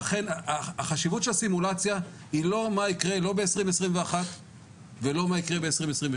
החשיבות של הסימולציה היא לא מה יקרה ב-2021 ולא מה יקרה ב-2022.